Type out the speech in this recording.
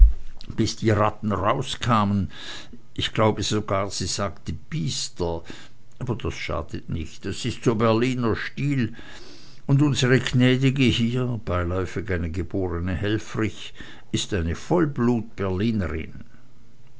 bis die ratten rauskamen ich glaube sogar sie sagte biester aber das schadet nicht das ist so berliner stil und unsre gnäd'ge hier beiläufig eine geborene helfrich is eine vollblutberlinerin